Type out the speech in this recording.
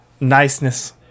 niceness